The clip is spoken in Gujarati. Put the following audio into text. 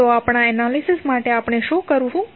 તો આપણા એનાલિસિસ માટે આપણે શું કરીશું